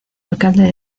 alcalde